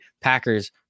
Packers